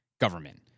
government